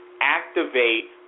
activate